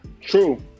True